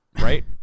Right